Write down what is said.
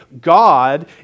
God